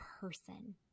person